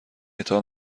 اعطا